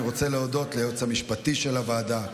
אני רוצה להודות ליועץ המשפטי של הוועדה,